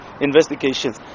investigations